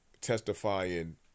testifying